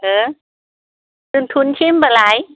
हो दोनथनसै होमब्लालाय